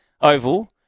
Oval